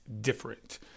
different